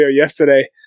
yesterday